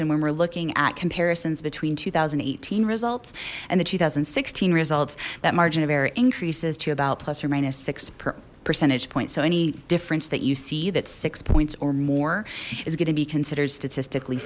and when we're looking at comparisons between two thousand and eighteen results and the two thousand and sixteen results that margin of error increases to about plus or minus six percentage points so any difference that you see that six points or more is going to be considered statistically